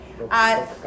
okay